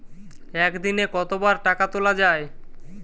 একদিনে কতবার টাকা তোলা য়ায়?